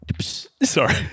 Sorry